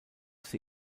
sie